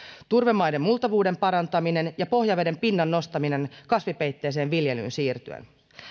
turvemaiden multavuuden parantaminen ja pohjaveden pinnan nostaminen kasvipeitteiseen viljelyyn siirtyen